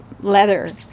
leather